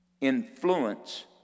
influence